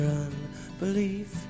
unbelief